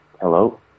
Hello